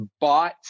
bought